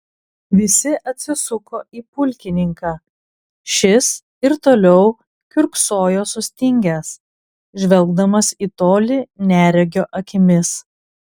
visi atsisuko į pulkininką šis ir toliau kiurksojo sustingęs žvelgdamas į tolį neregio akimis